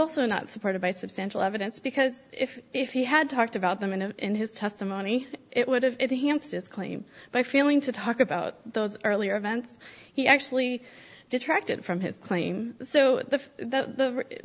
also not supported by substantial evidence because if he had talked about them in a in his testimony it would if he wants just claim by feeling to talk about those earlier events he actually detracted from his claim so the the